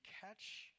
catch